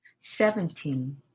seventeen